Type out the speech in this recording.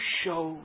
show